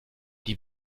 die